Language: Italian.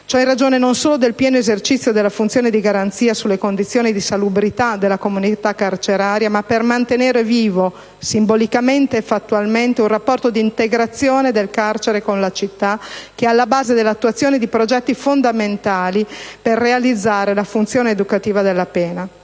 ciò in ragione non solo del pieno esercizio della funzione di garanzia sulle condizioni di salubrità della comunità carceraria, ma per mantenere vivo, simbolicamente e fattualmente, un rapporto di integrazione del carcere con la città, che è alla base dell'attuazione di progetti fondamentali per realizzare la funzione educativa della pena.